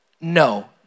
no